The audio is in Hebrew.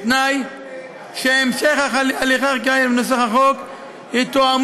בתנאי שהמשך הליכי החקיקה ונוסח החוק יתואמו